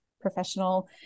professional